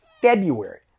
February